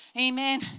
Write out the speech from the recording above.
Amen